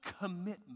commitment